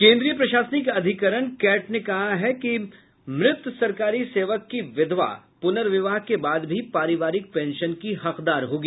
केन्द्रीय प्रशासनिक अधिकरण कैट ने कहा है कि मृत सरकारी सेवक की विधवा पुनर्विवाह के बाद भी परिवारिक पेंशन की हकदार होगी